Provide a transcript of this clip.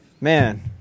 man